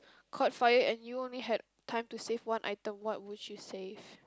caught fire and you only had time to save one item what would you save